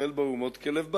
ישראל באומות כלב באיברים.